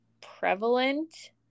prevalent